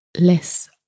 less